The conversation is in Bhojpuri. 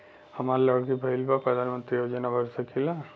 हमार लड़की भईल बा प्रधानमंत्री योजना भर सकीला?